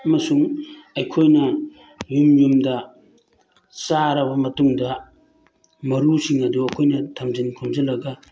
ꯑꯃꯁꯨꯡ ꯑꯩꯈꯣꯏꯅ ꯌꯨꯝ ꯌꯨꯝꯗ ꯆꯥꯔꯕ ꯃꯇꯨꯡꯗ ꯃꯔꯨꯁꯤꯡ ꯑꯗꯨ ꯑꯩꯈꯣꯏꯅ ꯊꯝꯖꯤꯟ ꯈꯣꯝꯖꯤꯜꯂꯒ